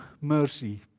mercy